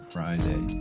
Friday